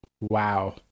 wow